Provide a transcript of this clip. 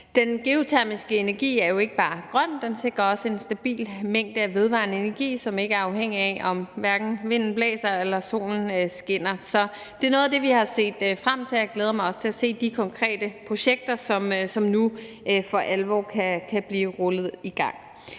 den geotermiske energi er jo ikke bare grøn, den sikrer også en stabil mængde af vedvarende energi, som hverken er afhængig af, om vinden blæser eller solen skinner. Det er noget af det, vi har set frem til. Jeg glæder mig også til at se de konkrete projekter, som nu for alvor kan blive rullet i gang.